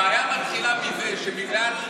הבעיה מתחילה מזה שבגלל,